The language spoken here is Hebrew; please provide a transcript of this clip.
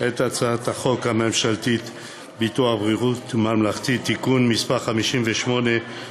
את הצעת חוק ביטוח בריאות ממלכתי (תיקון מס' 58),